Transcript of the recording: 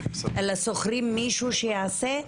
אלא שוכרים מישהו שיעשה,